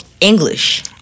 English